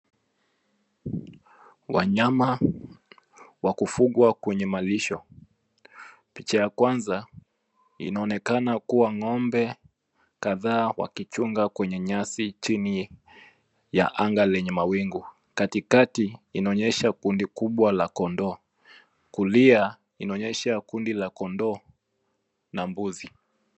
Wanyama wa kufugwa kwenye malisho. Picha ya kwanza inaonekana kuwa ng'ombe kadhaa wakichunga kwenye nyasi chini ya anga lenye mawingu. Katikati inaonyesha kundi kubwa la kondoo. Kulia inaonyesha kundi la kondoo na mbuzi.